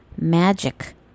magic